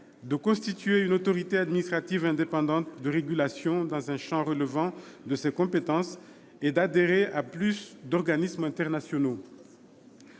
de constituer une autorité administrative indépendante de régulation dans un champ relevant de ses compétences et d'adhérer à un plus grand nombre d'organismes internationaux.